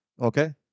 Okay